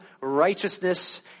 righteousness